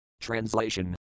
Translation